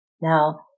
Now